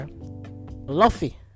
luffy